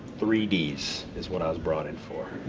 three ds is what i was brought in for